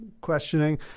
questioning